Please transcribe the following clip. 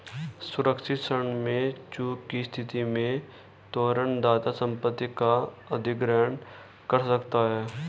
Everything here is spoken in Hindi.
सुरक्षित ऋण में चूक की स्थिति में तोरण दाता संपत्ति का अधिग्रहण कर सकता है